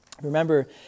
remember